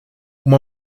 uma